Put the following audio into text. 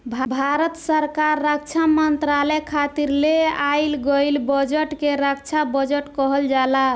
भारत सरकार रक्षा मंत्रालय खातिर ले आइल गईल बजट के रक्षा बजट कहल जाला